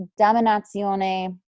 dominazione